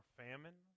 famine